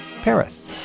Paris